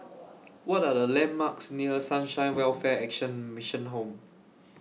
What Are The landmarks near Sunshine Welfare Action Mission Home